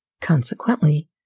Consequently